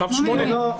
צו 8. זה כמו מילואים.